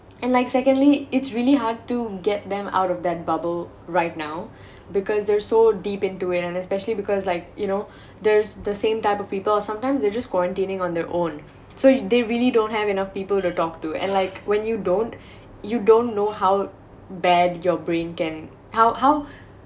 and like secondly it's really hard to get them out of that bubble right now because they're so deep into it and especially because like you know there's the same type of people sometimes they're just quarantining on their own so they really don't have enough people to talk to and like when you don't you don't know how bad your brain can how how